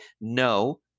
no